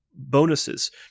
Bonuses